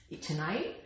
tonight